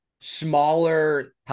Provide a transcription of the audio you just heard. smaller